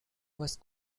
was